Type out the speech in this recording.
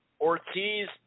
Ortiz